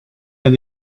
and